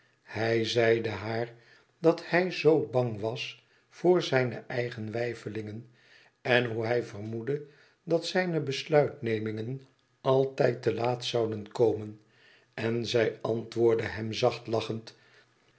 hij zeide haar dat hij zoo bang was voor zijne eigen weifelingen en hoe hij vermoedde dat zijne besluitnemingen altijd te laat zouden komen en zij antwoordde hem zacht lachend